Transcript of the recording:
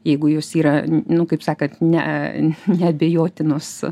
jeigu jos yra nu kaip sakant ne neabejotinos